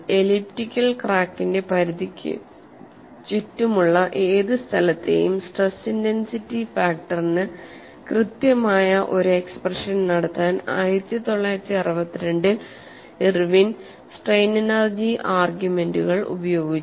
elliptical ക്രാക്കിന്റെ പരിധിക്കു ചുറ്റുമുള്ള ഏത് സ്ഥലത്തെയും സ്ട്രെസ് ഇന്റെൻസിറ്റി ഫാക്ടറിന് കൃത്യമായ ഒരു എക്സ്പ്രഷൻ നടത്താൻ 1962 ൽ ഇർവിൻ സ്ട്രെയിൻ എനർജി ആർഗ്യുമെന്റുകൾ ഉപയോഗിച്ചു